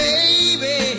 Baby